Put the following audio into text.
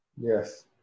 Yes